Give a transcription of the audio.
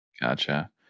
Gotcha